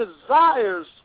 desires